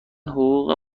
حقوق